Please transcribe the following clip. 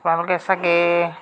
আপোনালোকে ছাগৈ